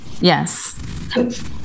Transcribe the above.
yes